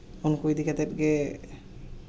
ᱩᱱᱠᱩ ᱤᱫᱤ ᱠᱟᱛᱮᱫ ᱜᱮ